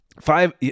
five